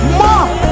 more